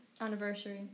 anniversary